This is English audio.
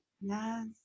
yes